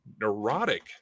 neurotic